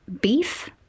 Beef